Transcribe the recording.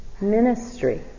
ministry